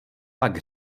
pak